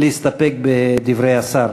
להסתפק בדברי השר.